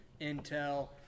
intel